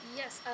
yes